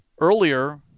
earlier